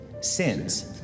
sins